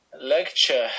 lecture